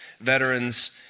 veterans